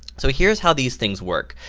so here's how these things work.